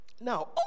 Now